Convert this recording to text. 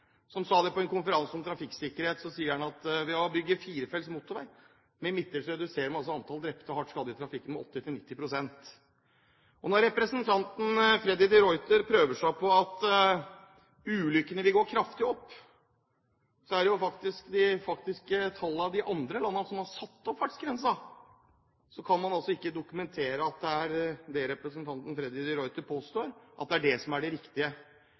som sa på en konferanse om trafikksikkerhet. Han sa at vi må bygge firefelts motorvei, og med midtdelere reduserer man altså antallet drepte og hardt skadde i trafikken med 80–90 pst. Og når representanten Freddy de Ruiter prøver seg med at antallet ulykker vil gå kraftig opp, dokumenterer jo de faktiske tallene fra de landene som har satt opp fartsgrensen, at det representanten Freddy de Ruiter påstår, ikke er riktig. Ja, Vejdirektoratet i Danmark prøvde seg med at etter at man hadde satt opp fartsgrensen til 130 km/t, gikk ulykkene noe opp. Men det